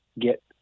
get